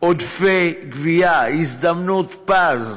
עודפי גבייה, הזדמנות פז,